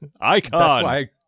Icon